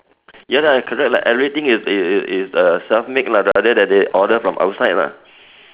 ya lah correct lah everything is is is uh self made lah rather than they order from outside lah